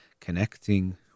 connecting